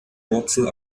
wurzel